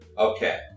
Okay